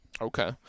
Okay